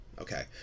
okay